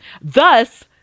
thus